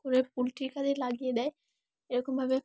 করে পোলট্রির কাজ লাগিয়ে দেয় এরকমভাবে